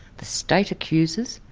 the state accuses,